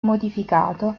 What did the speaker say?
modificato